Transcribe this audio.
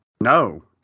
no